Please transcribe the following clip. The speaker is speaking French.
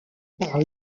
par